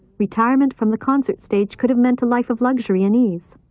retirement from the concert stage could have meant a life of luxury and ease.